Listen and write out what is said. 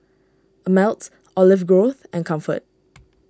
Ameltz Olive Grove and Comfort